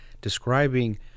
describing